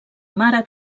mare